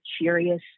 curious